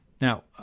Now